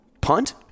Punt